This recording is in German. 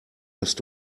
hast